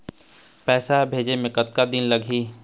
पैसा भेजे मे कतका दिन लगही?